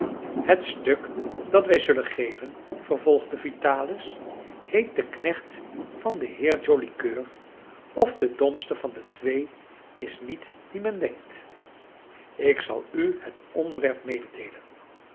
het stuk dat wij zullen geven vervolgde vitalis heet de knecht van den heer joli coeur of de domste van de twee is niet dien men denkt ik zal u het onderwerp mededeelen